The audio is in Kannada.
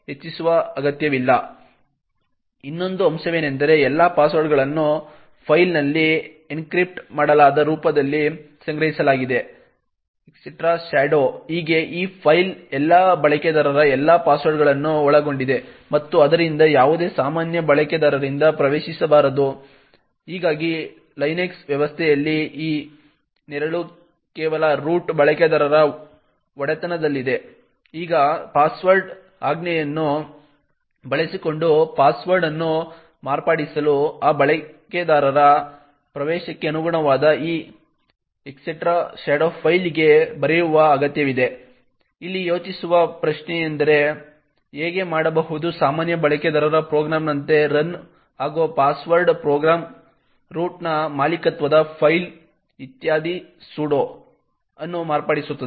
ಇನ್ನೊಂದು ಅಂಶವೆಂದರೆ ಎಲ್ಲಾ ಪಾಸ್ವರ್ಡ್ಗಳನ್ನು ಫೈಲ್ನಲ್ಲಿ ಎನ್ಕ್ರಿಪ್ಟ್ ಮಾಡಲಾದ ರೂಪದಲ್ಲಿ ಸಂಗ್ರಹಿಸಲಾಗಿದೆ etcshadow ಈಗ ಈ ಫೈಲ್ ಎಲ್ಲಾ ಬಳಕೆದಾರರ ಎಲ್ಲಾ ಪಾಸ್ವರ್ಡ್ಗಳನ್ನು ಒಳಗೊಂಡಿದೆ ಮತ್ತು ಆದ್ದರಿಂದ ಯಾವುದೇ ಸಾಮಾನ್ಯ ಬಳಕೆದಾರರಿಂದ ಪ್ರವೇಶಿಸಬಾರದು ಹೀಗಾಗಿ Linux ವ್ಯವಸ್ಥೆಯಲ್ಲಿ ಈ etc ನೆರಳು ಕೇವಲ ರೂಟ್ ಬಳಕೆದಾರರ ಒಡೆತನದಲ್ಲಿದೆ ಈಗ ಪಾಸ್ವರ್ಡ್ ಆಜ್ಞೆಯನ್ನು ಬಳಸಿಕೊಂಡು ಪಾಸ್ವರ್ಡ್ ಅನ್ನು ಮಾರ್ಪಡಿಸಲು ಆ ಬಳಕೆದಾರರ ಪ್ರವೇಶಕ್ಕೆ ಅನುಗುಣವಾದ ಈ etcshadow ಫೈಲ್ಗೆ ಬರೆಯುವ ಅಗತ್ಯವಿದೆ ಇಲ್ಲಿ ಯೋಚಿಸುವ ಪ್ರಶ್ನೆಯೆಂದರೆ ಹೇಗೆ ಮಾಡಬಹುದು ಸಾಮಾನ್ಯ ಬಳಕೆದಾರ ಪ್ರೋಗ್ರಾಂನಂತೆ ರನ್ ಆಗುವ ಪಾಸ್ವರ್ಡ್ ಪ್ರೋಗ್ರಾಂ ರೂಟ್ನ ಮಾಲೀಕತ್ವದ ಫೈಲ್ ಇತ್ಯಾದಿಶ್ಯಾಡೋ ಅನ್ನು ಮಾರ್ಪಡಿಸುತ್ತದೆ